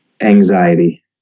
anxiety